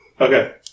Okay